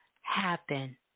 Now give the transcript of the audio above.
happen